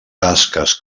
tasques